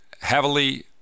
heavily